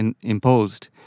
imposed